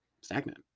stagnant